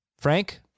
Frank